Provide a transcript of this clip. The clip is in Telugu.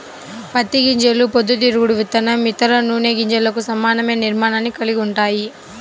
పత్తి గింజలు పొద్దుతిరుగుడు విత్తనం, ఇతర నూనె గింజలకు సమానమైన నిర్మాణాన్ని కలిగి ఉంటాయి